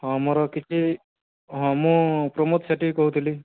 ହଁ ମୋର କିଛି ହଁ ମୁଁ ପ୍ରମୋଦ ସେଠୀ କହୁଥିଲି